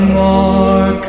more